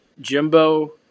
Jimbo